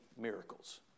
miracles